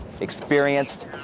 experienced